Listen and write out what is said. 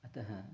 अतः